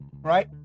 Right